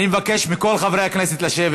אני מבקש מכל חברי הכנסת לשבת,